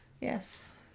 Yes